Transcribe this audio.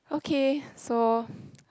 okay so